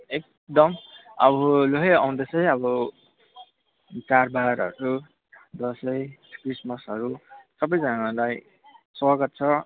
एकदम अब लु है आउँदैछ है अब चाडबाडहरू दसैँ क्रिसमसहरू सबैजनालाई स्वागत छ